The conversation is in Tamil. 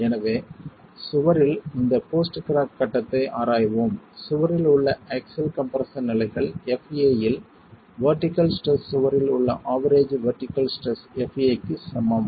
எனவே சுவரில் இந்த போஸ்ட் கிராக் கட்டத்தை ஆராய்வோம் சுவரில் உள்ள ஆக்ஸில் கம்ப்ரஸன் நிலைகள் fa இல் வெர்டிகள் ஸ்ட்ரெஸ் சுவரில் உள்ள ஆவெரேஜ் வெர்டிகள் ஸ்ட்ரெஸ் fa க்கு சமம்